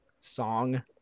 song